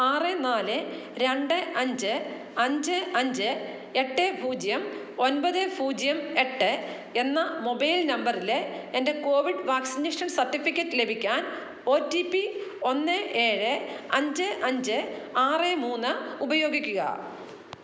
ആറ് നാല് രണ്ട് അഞ്ച് അഞ്ച് അഞ്ച് എട്ട് പൂജ്യം ഒൻപത് പൂജ്യം എട്ട് എന്ന മൊബൈൽ നമ്പറിലെ എന്റെ കോവിഡ് വാക്സിനേഷൻ സർട്ടിഫിക്കറ്റ് ലഭിക്കാൻ ഒ റ്റീ പ്പി ഒന്ന് ഏഴ് അഞ്ച് അഞ്ച് ആറ് മൂന്ന് ഉപയോഗിക്കുക